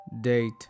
date